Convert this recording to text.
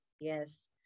yes